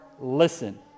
listen